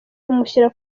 amushyira